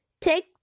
take